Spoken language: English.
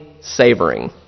savoring